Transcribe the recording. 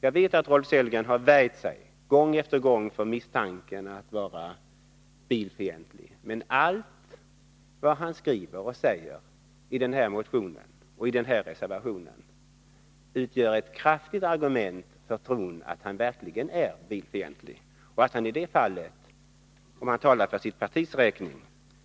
Jag vet att Rolf Sellgren har värjt sig, gång på gång, för misstanken att vara bilfientlig, men allt vad han skriver och säger i den här motionen och reservationen utgör ett kraftigt argument för tron att han verkligen är bilfientlig och att han i detta fall, om han talar för sitt partis räkning,